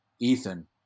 ethan